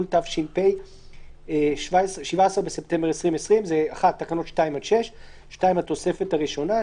התש"ף (17 בספטמבר 2020):. תקנות 2 עד 6. התוספת הראשונה.